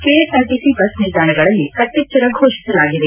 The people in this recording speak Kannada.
ಕೆಎಸ್ಆರ್ಟಿಸಿ ಬಸ್ ನಿಲ್ದಾಣಗಳಲ್ಲಿ ಕಟ್ಟೆಚ್ಚರ ಫೋಷಿಸಲಾಗಿದೆ